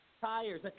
tires